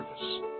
service